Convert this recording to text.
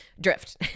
Drift